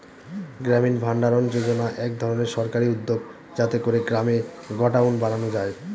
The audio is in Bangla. গ্রামীণ ভাণ্ডারণ যোজনা এক ধরনের সরকারি উদ্যোগ যাতে করে গ্রামে গডাউন বানানো যায়